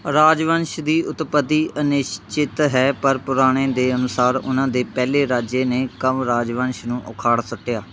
ਰਾਜਵੰਸ਼ ਦੀ ਉਤਪਤੀ ਅਨਿਸ਼ਚਿਤ ਹੈ ਪਰ ਪੁਰਾਣੇ ਦੇ ਅਨੁਸਾਰ ਉਹਨਾਂ ਦੇ ਪਹਿਲੇ ਰਾਜੇ ਨੇ ਕੰਵ ਰਾਜਵੰਸ਼ ਨੂੰ ਉਖਾੜ ਸੁੱਟਿਆ